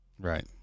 Right